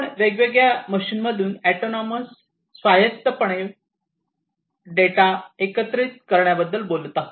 आपण वेगवेगळ्या मशीन मधून ऑटोनॉमस स्वायत्तपणे पद्धतीने डेटा एकत्रित करण्याबद्दल बोलत आहोत